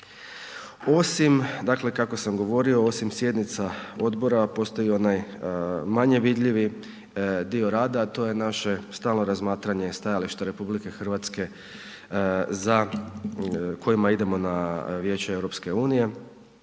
Osim, dakle kako sam govorio, osim sjednica odbora, postoji onaj manje vidljivi dio rada, a to je naše stalno razmatranje stajališta RH za, kojima idemo na vijeće EU.